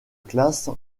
classe